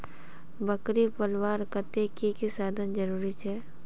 बकरी पलवार केते की की साधन जरूरी छे?